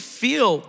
feel